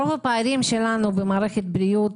רוב הפערים שלנו במערכת הבריאות